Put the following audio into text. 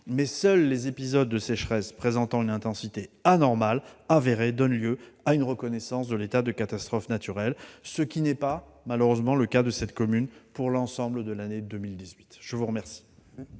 mais seuls les épisodes de sécheresse présentant une intensité anormale avérée donnent lieu à une reconnaissance de l'état de catastrophe naturelle, ce qui n'est malheureusement pas le cas de cette commune pour l'ensemble de l'année 2018. La parole